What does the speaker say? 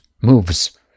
moves